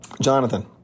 Jonathan